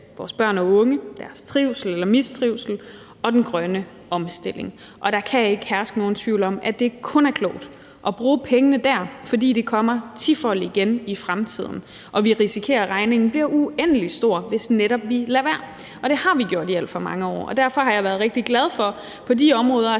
vores børn og unge, deres trivsel eller mistrivsel og den grønne omstilling. Og der kan ikke herske nogen tvivl om, at det kun er klogt at bruge pengene der, fordi de kommer tifoldigt igen i fremtiden. Vi risikerer, at regningen bliver uendelig stor, hvis vi netop lader være, og det har vi gjort i alt for mange år. Derfor har jeg været rigtig glad for at samarbejde